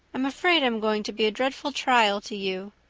i'm afraid i'm going to be a dreadful trial to you.